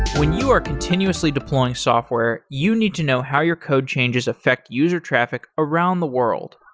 when you are continuously deploying software, you need to know how your code changes affect user traffic around the world.